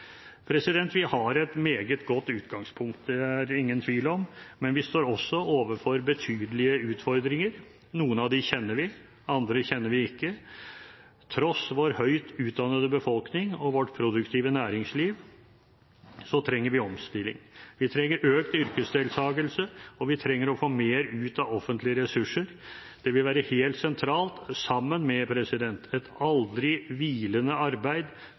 Vi har et meget godt utgangspunkt – det er det ingen tvil om – men vi står også overfor betydelige utfordringer. Noen av dem kjenner vi, andre kjenner vi ikke. Tross vår høyt utdannede befolkning og vårt produktive næringsliv trenger vi omstilling. Vi trenger økt yrkesdeltakelse, og vi trenger å få mer ut av offentlige ressurser. Det vil være helt sentralt sammen med et aldri hvilende arbeid